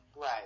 Right